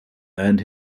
earned